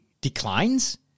declines